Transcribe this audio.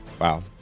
Wow